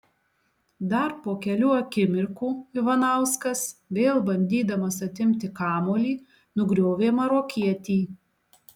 dar po kelių akimirkų ivanauskas vėl bandydamas atimti kamuolį nugriovė marokietį